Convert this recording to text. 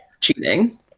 cheating